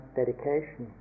dedication